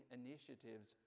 initiatives